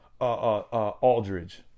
Aldridge